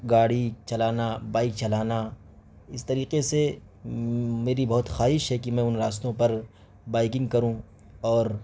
گاڑی چلانا بائک چلانا اس طریقے سے میری بہت خواہش ہے کہ میں ان راستوں پر بائکنگ کروں اور